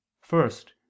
first